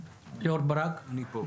ברק,